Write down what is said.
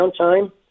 downtime